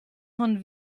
von